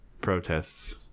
protests